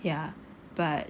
ya but